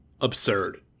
absurd